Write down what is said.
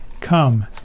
Come